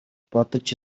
бодож